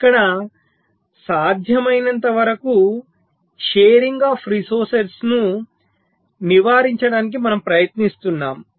ఇక్కడ సాధ్యమైనంతవరకు వనరుల భాగస్వామ్యాన్ని నివారించడానికి మనము ప్రయత్నిస్తున్నాము